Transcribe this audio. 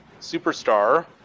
superstar